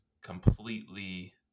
completely